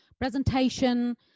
presentation